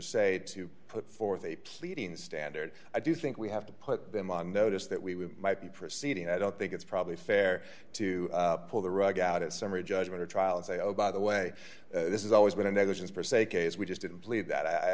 perceval to put forth a pleading standard i do think we have to put them on notice that we might be proceeding i don't think it's probably fair to pull the rug out as summary judgment or trial and say oh by the way this is always going to negligence per se case we just didn't believe that